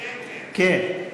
כן, כן.